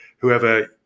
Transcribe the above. whoever